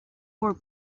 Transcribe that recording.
were